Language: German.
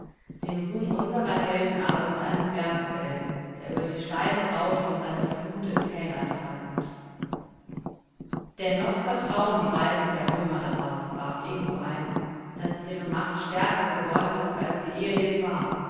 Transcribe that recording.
den ruhm unserer helden aber mit einem bergquell der über die steine rauscht und seine flut in täler treibt dennoch vertrauen die weisen der römer darauf warf ingo ein daß ihre macht stärker geworden ist als sie ehedem war